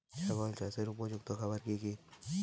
ছাগল চাষের উপযুক্ত খাবার কি কি?